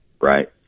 right